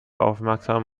aufmerksam